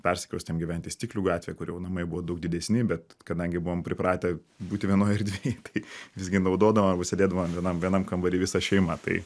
persikraustėm gyvent į stiklių gatvę kur jau namai buvo daug didesni bet kadangi buvom pripratę būti vienoj erdvėj tai visgi naudodavom arba sėdėdavo vienam vienam kambary visa šeima tai